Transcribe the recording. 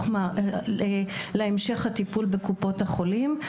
להמשך הטיפול בקופות החולים.